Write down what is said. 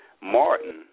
Martin